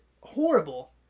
horrible